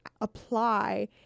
apply